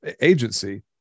agency